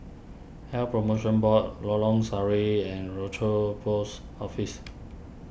Health Promotion Board Lorong Sari and Rochor Post Office